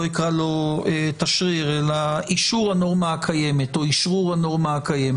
אקרא לו תשריר אלא אישור הנורמה הקיימת או אשרור הנורמה הקיימת.